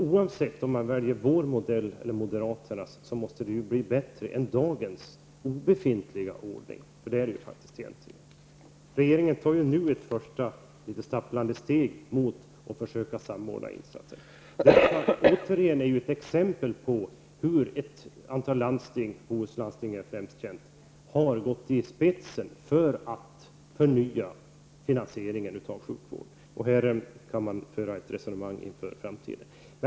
Oavsett om man väljer vår modell eller moderaternas modell måste det bli bättre än dagens obefintliga ordning -- den är faktiskt obefintlig. Regeringen tar nu det första litet stapplande steget mot att försöka samordna insatserna. Här är ytterligare ett exempel på hur ett antal landsting -- Bohusläns landsting är mest känt -- har gått i spetsen för att förnya finansieringen av sjukvården. Här kan vi nog föra ett resonemang inför framtiden.